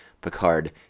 Picard